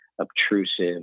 obtrusive